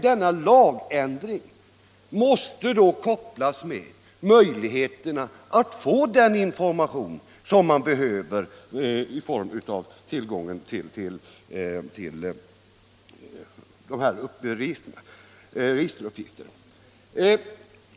Denna lagändring måste då kopplas till möjligheterna att få den information som man behöver i form av tillgång till registeruppgifter.